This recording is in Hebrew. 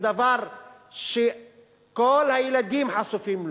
בדבר שכל הילדים חשופים לו,